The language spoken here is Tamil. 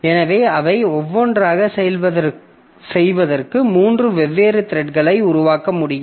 எனவே அவை ஒவ்வொன்றையும் செய்வதற்கு மூன்று வெவ்வேறு த்ரெட்களை உருவாக்க முடியும்